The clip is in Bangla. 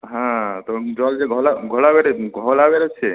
হ্যাঁ তো জল যে ঘোলা ঘোলা বেরোচ্ছে